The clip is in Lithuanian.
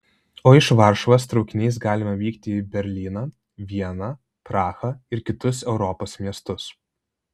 o iš varšuvos traukiniais galima vykti į berlyną vieną prahą ir kitus europos miestus